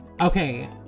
Okay